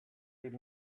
will